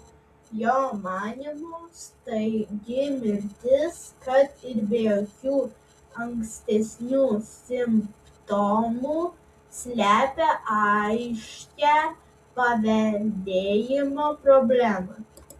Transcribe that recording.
jo manymu staigi mirtis kad ir be jokių ankstesnių simptomų slepia aiškią paveldėjimo problemą